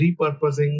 repurposing